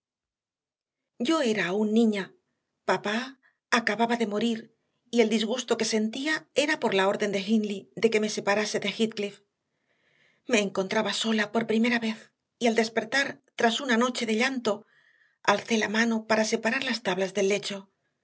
yo era aún niña papá acababa de morir y el disgusto que sentía era por la orden de hindley de que me separase de heathcliff me encontraba sola por primera vez y al despertar tras una noche de llanto alcé la mano para separar las tablas del lecho